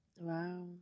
Wow